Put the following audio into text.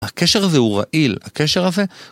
הקשר הזה הוא רעיל, הקשר הזה